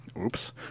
oops